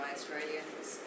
Australians